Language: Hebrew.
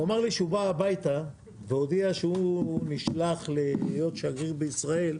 הוא אמר לי שהוא בא והבית ואמר שהוא נשלח להיות שגריר בישראל,